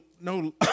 no